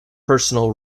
personal